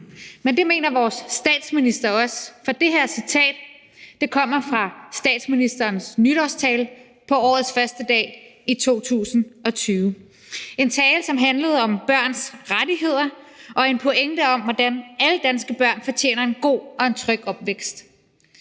men det mener vores statsminister også, for det her citat kommer fra statsministerens nytårstale på årets første dag i 2020 – en tale, som handlede om børns rettigheder og en pointe om, hvordan alle danske børn fortjener en god og en tryg opvækst.